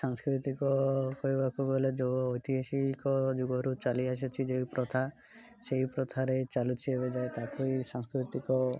ସାଂସ୍କୃତିକ କହିବାକୁ ଗଲେ ଯେଉଁ ଐତିହାସିକ ଯୁଗରୁ ଚାଲିଆସୁଛି ଯେ ପ୍ରଥା ସେଇ ପ୍ରଥାରେ ଚାଲୁଛି ଏବେଯାଏ ତାକୁ ବି ସାଂସ୍କୃତିକ